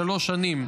שלוש שנים,